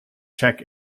czech